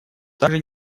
также